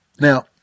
Now